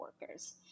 workers